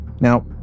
Now